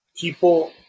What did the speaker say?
people